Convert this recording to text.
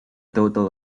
total